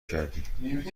کردی